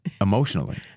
emotionally